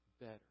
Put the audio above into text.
better